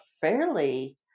fairly